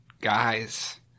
guys